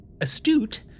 astute